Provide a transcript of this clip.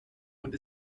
und